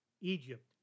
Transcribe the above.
Egypt